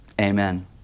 Amen